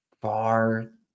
far